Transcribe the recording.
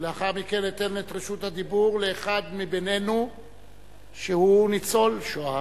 ולאחר מכן אתן את רשות הדיבור לאחד מאתנו שהוא ניצול השואה,